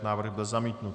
Návrh byl zamítnut.